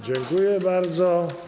Dziękuję bardzo.